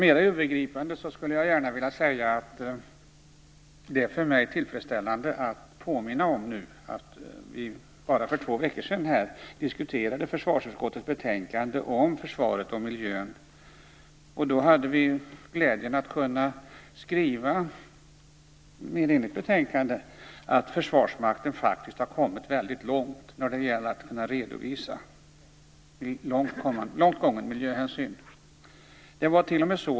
Herr talman! Det är för mig tillfredsställande att nu påminna om att vi för bara två veckor sedan här i kammaren diskuterade försvarsutskottets betänkande om försvaret och miljön. Vi hade då glädjen att som ett enigt utskott kunna skriva i betänkandet att Försvarsmakten faktiskt har kommit väldigt långt och kunnat redovisa långt gångna miljöhänsyn.